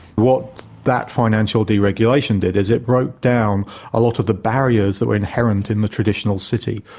what that financial deregulation did, is it broke down a lot of the barriers that were inherent in the traditional city.